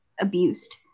abused